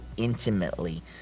intimately